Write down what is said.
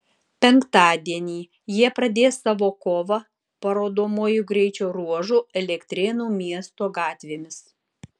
penktadienį jie pradės savo kovą parodomuoju greičio ruožu elektrėnų miesto gatvėmis